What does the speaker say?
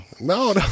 no